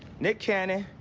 nick cannon,